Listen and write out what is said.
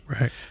right